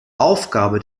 aufgabe